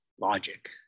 logic